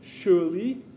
surely